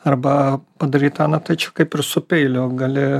arba padarytą na tai čia kaip ir su peiliu gali